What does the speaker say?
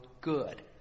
good